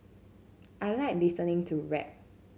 I like listening to rap